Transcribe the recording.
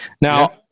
now